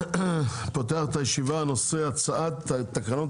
אני פותח את הישיבה בנושא: הצעת תקנות